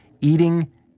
eating